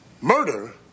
murder